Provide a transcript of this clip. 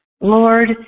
Lord